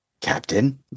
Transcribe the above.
Captain